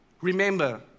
Remember